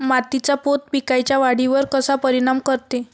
मातीचा पोत पिकाईच्या वाढीवर कसा परिनाम करते?